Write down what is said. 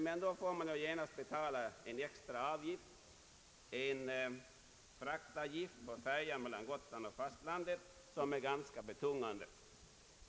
Men då får man genast betala en extra avgift i form av fraktavgift för transporten på färjan mellan Gotland och fastlandet, som är ganska betungande.